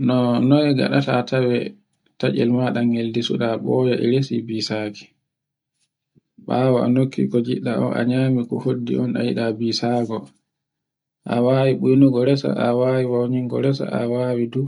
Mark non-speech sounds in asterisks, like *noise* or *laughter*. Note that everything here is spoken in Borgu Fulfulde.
*hesitation* noy ngaɗaata tawe taccel maɗa ngel desuɗa boye e resi bisaki. Bawo a nokki ko ngiɗɗa on a nyami ko hoddi on, a yiɗa bisago. A wawi beynugo resa, a wawi wayningo resa a wawi du,